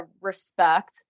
respect